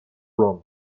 run